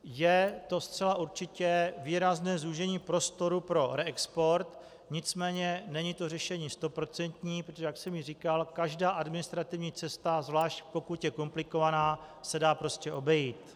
Je to zcela určitě výrazné zúžení prostoru pro reexport, nicméně není to řešení stoprocentní, protože jak jsem již říkal, každá administrativní cesta, a zvlášť pokud je komplikovaná, se dá prostě obejít.